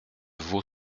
vaux